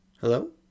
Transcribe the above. Hello